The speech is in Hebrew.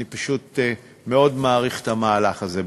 אני פשוט מאוד מעריך את המהלך הזה.